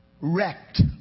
wrecked